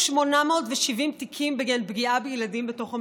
3,870 תיקים בגין פגיעה בילדים בתוך המשפחה.